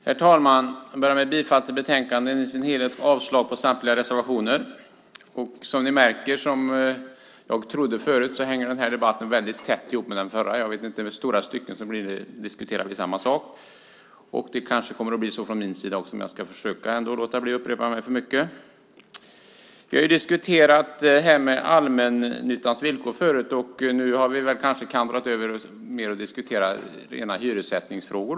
Herr talman! Jag börjar med att yrka bifall till förslagen i betänkandet och avslag på samtliga reservationer. Som ni märker hänger den här debatten väldigt tätt ihop med den förra. I stora stycken diskuterar vi samma sak. Det kanske kommer att bli så från min sida också, men jag ska ändå försöka att inte upprepa mig för mycket. Vi diskuterade allmännyttans villkor förut. Nu har vi kanske kantrat över åt att mer diskutera rena hyressättningsfrågor.